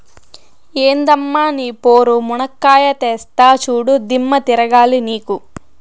ఎందమ్మ నీ పోరు, మునక్కాయా తెస్తా చూడు, దిమ్మ తిరగాల నీకు